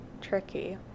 tricky